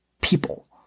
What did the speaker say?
people